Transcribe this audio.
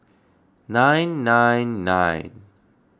nine nine nine